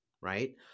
right